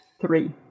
Three